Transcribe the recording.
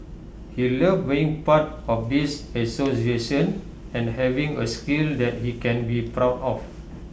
he loved being part of this association and having A skill that he can be proud of